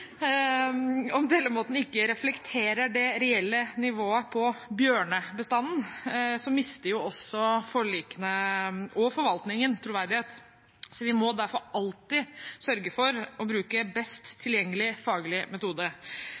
ikke reflekterer det reelle nivået på bjørnebestanden, mister også forlikene og forvaltningen troverdighet. Vi må derfor alltid sørge for å bruke best tilgjengelige faglige metode.